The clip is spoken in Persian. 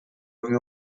قوی